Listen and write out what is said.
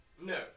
No